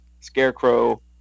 Scarecrow